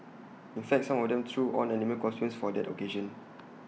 in fact some of them threw on animal costumes for the occasion